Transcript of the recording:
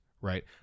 right